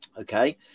okay